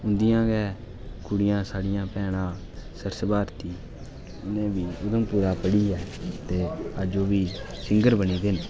उंदियां गै कुड़ियां साढ़ियां भैनां सरस भारती उ'नें बी उधमपुरा पढ़ियै अज्ज ओह्बी सिंगर बनी दे न